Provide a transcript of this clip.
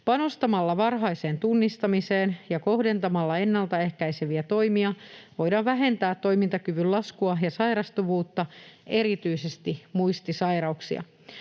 Panostamalla varhaiseen tunnistamiseen ja kohdentamalla ennaltaehkäiseviä toimia voidaan vähentää toimintakyvyn laskua ja sairastuvuutta, erityisesti muistisairauksia.